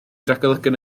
ragolygon